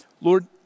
Lord